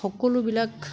সকলোবিলাক